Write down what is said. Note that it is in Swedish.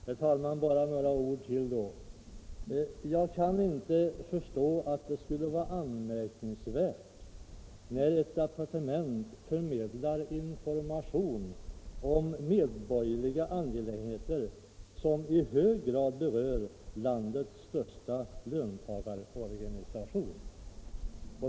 Herr talman! Bara några ord till då. Jag kan inte förstå att det skulle vara anmärkningsvärt att ett departement på detta sätt förmedlar information om medborgerliga angelägenheter som i hög grad berör landets största löntagarorganisation.